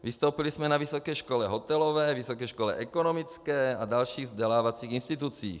Vystoupili jsme na Vysoké škole hotelové, Vysoké škole ekonomické a dalších vzdělávacích institucích.